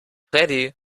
freddie